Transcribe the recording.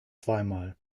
zweimal